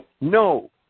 No